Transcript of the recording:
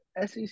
SEC